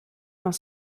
dans